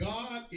God